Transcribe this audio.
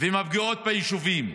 ועם הפגיעות ביישובים.